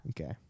Okay